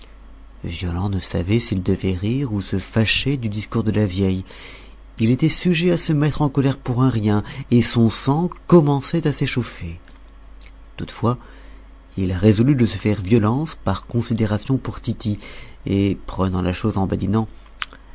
violent ne savait s'il devait rire ou se fâcher du discours de la vieille il était sujet à se mettre en colère pour un rien et son sang commençait à s'échauffer toutefois il résolut de se faire violence par considération pour tity et prenant la chose en